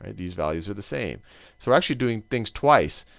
and these values are the same. so we're actually doing things twice.